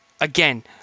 Again